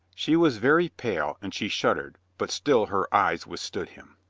she was very pale and she shuddered but still her eyes withstood him.